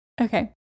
Okay